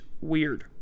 weird